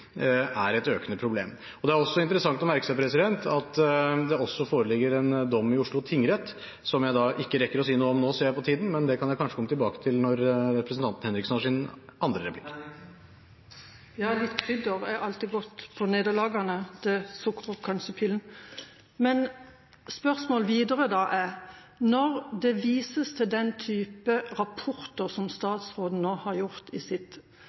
er et økende problem. Det er også interessant å merke seg at det foreligger en dom i Oslo tingrett – som jeg ikke rekker å si noe om nå, ser jeg på tiden, men det kan jeg kanskje komme tilbake til når representanten Henriksen har hatt sin andre replikk. Ja, litt krydder er alltid godt på nederlagene – det sukrer kanskje pillen. Men når statsråden viser til den type rapporter,